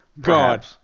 God